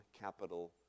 capital